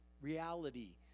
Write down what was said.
reality